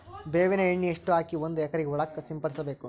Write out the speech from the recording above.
ಬೇವಿನ ಎಣ್ಣೆ ಎಷ್ಟು ಹಾಕಿ ಒಂದ ಎಕರೆಗೆ ಹೊಳಕ್ಕ ಸಿಂಪಡಸಬೇಕು?